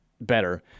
better